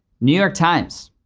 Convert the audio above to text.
new york times.